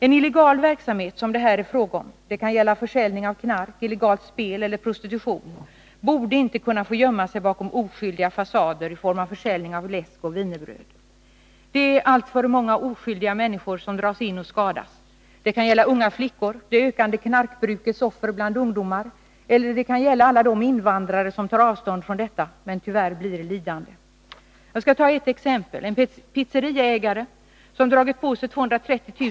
Enillegal verksamhet som det här är fråga om — det kan gälla försäljning av knark, illegalt spel eller prostitution — borde inte kunna få gömma sig bakom oskyldiga fasader i form av försäljning av läsk och wienerbröd. Det är alltför många oskyldiga människor som dras in i detta och skadas. Det kan gälla unga flickor, det ökande knarkbrukets offer bland ungdomar eller alla de invandrare som tar avstånd från detta men som tyvärr blir lidande. Jag skall ta ett exempel. En pizzeriaägare som dragit på sig 230 000 kr.